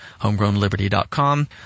homegrownliberty.com